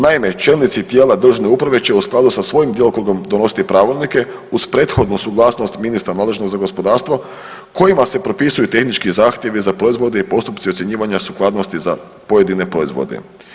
Naime, čelnici tijela državne uprave će u skladu sa svojim djelokrugom donositi pravilnike uz prethodnu suglasnost ministra nadležnog za gospodarstvo, kojima se propisuju tehnički zahtjevi za proizvode i postupci ocjenjivanja sukladnosti za pojedine proizvode.